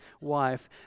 wife